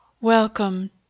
welcome